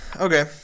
Okay